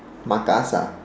makassar